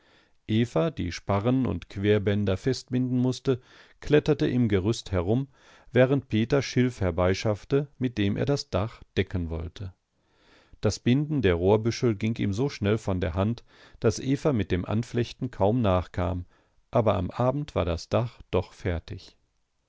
eva die sparren und querbänder festbinden mußte kletterte im gerüst herum während peter schilf herbeischaffte mit dem er das dach decken wollte das binden der rohrbüschel ging ihm so schnell von der hand daß eva mit dem anflechten kaum nachkam aber am abend war das dach doch fertig